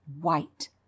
white